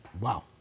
wow